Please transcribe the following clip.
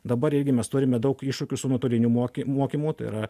dabar irgi mes turime daug iššūkių su nuotoliniu moky mokymu tai yra